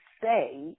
say